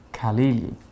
Khalili